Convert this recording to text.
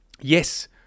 yes